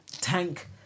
tank